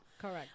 correct